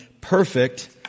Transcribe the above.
perfect